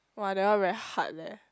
!wah! that one very hard leh